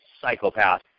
psychopath